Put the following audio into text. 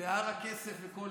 והר הכסף וכל זה.